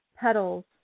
petals